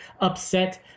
upset